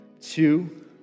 two